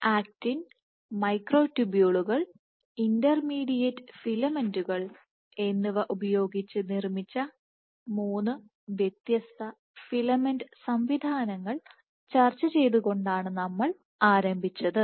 actin മൈക്രോട്യൂബുളുകൾ intermediate ഫിലമെന്റുകൾ എന്നിവ ഉപയോഗിച്ച് നിർമ്മിച്ച മൂന്ന് വ്യത്യസ്ത ഫിലമെന്റ് സംവിധാനങ്ങൾ ചർച്ച ചെയ്തുകൊണ്ടാണ് നമ്മൾ ആരംഭിച്ചത്